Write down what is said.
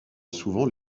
souvent